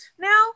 now